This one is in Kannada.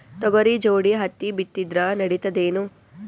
ತೊಗರಿ ಜೋಡಿ ಹತ್ತಿ ಬಿತ್ತಿದ್ರ ನಡಿತದೇನು?